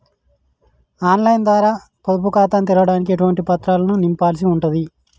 On line ద్వారా పొదుపు ఖాతాను తెరవడానికి ఎటువంటి పత్రాలను నింపాల్సి ఉంటది?